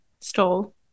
Stole